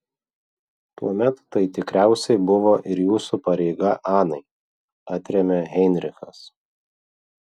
tuomet tai tikriausiai buvo ir jūsų pareiga anai atrėmė heinrichas